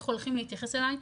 איך הולכים להתייחס אלי,